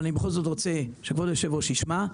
אבל אני בכל זאת רוצה שכבוד היושב-ראש ישמע.